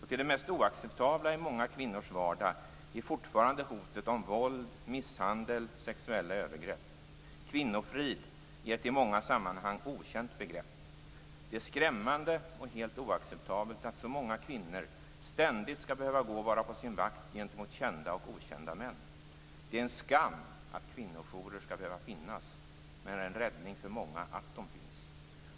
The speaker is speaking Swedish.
Till det mest oacceptabla i många kvinnors vardag är fortfarande hotet om våld, misshandel och sexuella övergrepp. Kvinnofrid är ett i många sammanhang okänt begrepp. Det är skrämmande och helt oacceptabelt att så många kvinnor ständigt skall behöva gå och vara på sin vakt gentemot kända och okända män. Det är en skam att kvinnojourer skall behöva finnas - men en räddning för många att de finns.